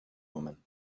woman